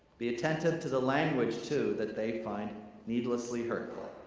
be attentive to the language, too, that they find needlessly hurtful.